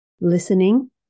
listening